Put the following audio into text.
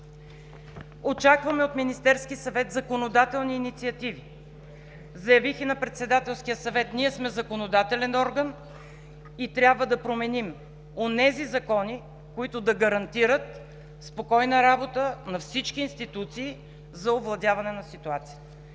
Очакваме от Министерския съвет законодателни инициативи. Заявих и на Председателския съвет – ние сме законодателен орган и трябва да променим онези закони, които да гарантират спокойна работа на всички институции за овладяване на ситуацията,